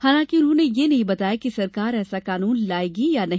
हालांकि उन्होंने ये नहीं बताया कि सरकार ऐसा कानून लायेगी या नहीं